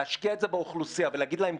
להשקיע את זה באוכלוסייה ולהגיד להם,